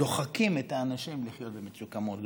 ודוחקים את האנשים לחיות במצוקה מאוד גדולה.